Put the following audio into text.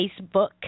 Facebook